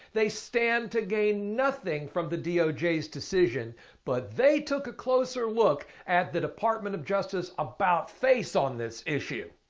they stand to gain nothing from the doj's decision but they took a closer look at the department of justice about face on this issue.